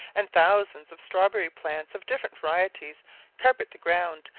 and thousands of strawberry plants of different varieties carpet the ground,